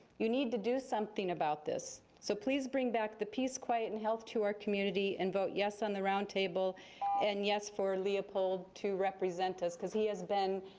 you need to do something about this. so please bring back the peace, quiet, and health to our community and vote yes on the roundtable and yes for leopold to represent us, because he has been